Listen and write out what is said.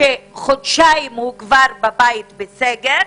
שחודשיים בבית בסגר,